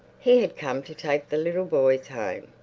he had come to take the little boys home.